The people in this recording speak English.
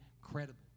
credible